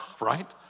right